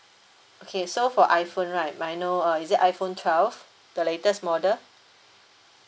okay so for iphone right may I know uh is it iphone twelve the latest model